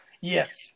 yes